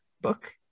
book